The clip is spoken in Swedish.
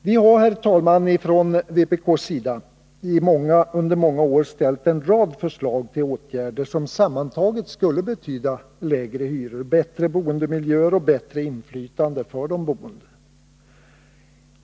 Vi har, herr talman, från vpk:s sida under många år lagt fram en rad förslag till åtgärder som sammantaget skulle betyda lägre hyror, bättre boendemiljöer och bättre inflytande för de boende.